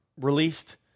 released